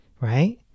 Right